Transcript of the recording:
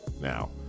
Now